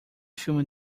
filme